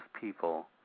people